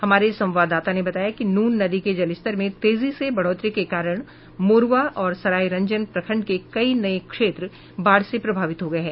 हमारे संवाददाता ने बताया कि नून नदी के जलस्तर में तेजी से बढ़ोतरी के कारण मोरवा और सरायरंजन प्रखंड के कई नये क्षेत्र बाढ़ से प्रभावित हो गये हैं